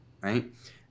right